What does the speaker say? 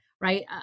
right